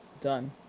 Done